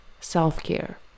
self-care